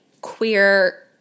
queer